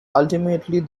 ultimately